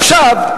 עכשיו,